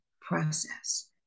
process